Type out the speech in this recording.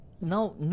Now